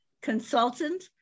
consultant